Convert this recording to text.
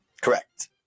Correct